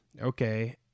okay